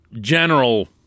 general